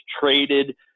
traded